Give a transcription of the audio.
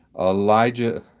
Elijah